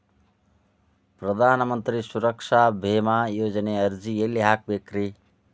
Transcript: ಪ್ರಧಾನ ಮಂತ್ರಿ ಸುರಕ್ಷಾ ಭೇಮಾ ಯೋಜನೆ ಅರ್ಜಿ ಎಲ್ಲಿ ಹಾಕಬೇಕ್ರಿ?